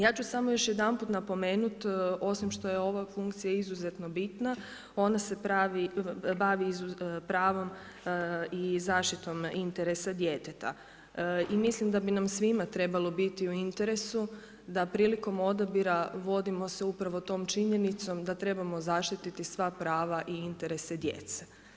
Ja ću samo još jedanput napomenut, osim što je ova funkcija izuzetno bitna ona se bavi pravom i zaštitom interesa djeteta i mislim da bi nam svima trebalo biti u interesu da prilikom odabira vodimo se upravo tom činjenicom da trebamo zaštititi sva prava i interese djece.